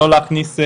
לא להכניס,